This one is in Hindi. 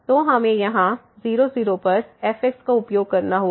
तो हमें यहां 0 0 पर fx का उपयोग करना होगा